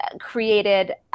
created